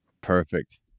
Perfect